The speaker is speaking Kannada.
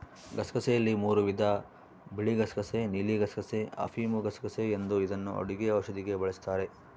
ಗಸಗಸೆಯಲ್ಲಿ ಮೂರೂ ವಿಧ ಬಿಳಿಗಸಗಸೆ ನೀಲಿಗಸಗಸೆ, ಅಫಿಮುಗಸಗಸೆ ಎಂದು ಇದನ್ನು ಅಡುಗೆ ಔಷಧಿಗೆ ಬಳಸ್ತಾರ